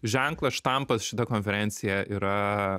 ženklas štampas šita konferencija yra